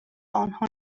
آنها